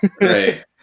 Right